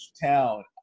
town